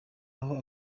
aho